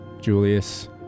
Julius